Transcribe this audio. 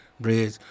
Bridge